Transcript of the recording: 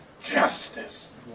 Justice